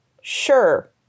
sure